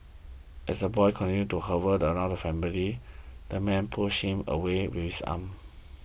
as the boy continues to hover around the family the man pushes him away with his arm